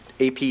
AP